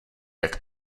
jak